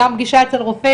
גם פגישה אצל רופא,